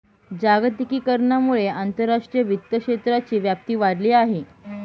जागतिकीकरणामुळे आंतरराष्ट्रीय वित्त क्षेत्राची व्याप्ती वाढली आहे